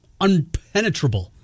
unpenetrable